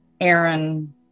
Aaron